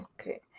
okay